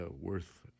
worth